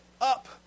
up